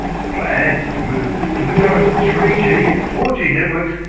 the plan is to move from the current three g and four g networks,